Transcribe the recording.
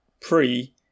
pre